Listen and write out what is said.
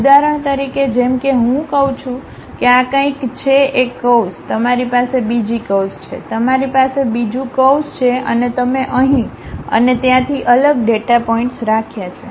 ઉદાહરણ તરીકે જેમ કે હું કહું છું કે આ કંઈક છે એક કર્વ્સ તમારી પાસે બીજી કર્વ્સ છે તમારી પાસે બીજું કર્વ્સ છે અને તમે અહીં અને ત્યાંથી અલગ ડેટા પોઇન્ટ્સ રાખ્યા છે